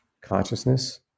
consciousness